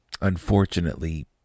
Unfortunately